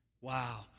Wow